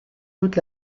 toute